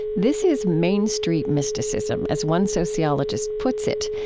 this is main street mysticism, as one sociologist puts it.